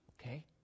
Okay